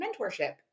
mentorship